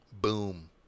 Boom